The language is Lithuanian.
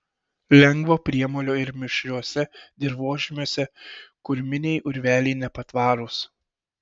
lengvo priemolio ir mišriuose dirvožemiuose kurminiai urveliai nepatvarūs